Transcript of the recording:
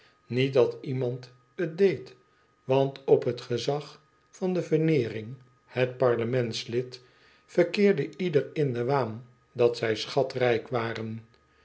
niet dat iemand het deed want op het gezag van veneering het parlementslid verkeerde ieder in den waan dat zij schatrijk waren